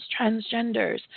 transgenders